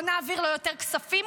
לא נעביר לו יותר כספים,